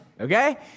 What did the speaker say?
Okay